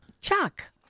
Chuck